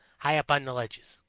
high up on the ledges.